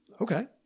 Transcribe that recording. Okay